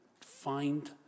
find